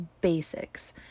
basics